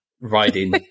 riding